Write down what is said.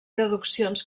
deduccions